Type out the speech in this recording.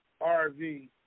RV